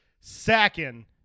sacking